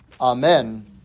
Amen